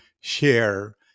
share